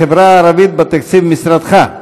שאילתה מס' 981: חלקה של החברה הערבית בתקציב משרדך.